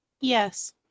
Yes